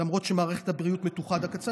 למרות שמערכת הבריאות מתוחה עד הקצה,